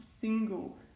single